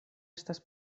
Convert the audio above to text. estas